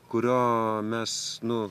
kurio mes nu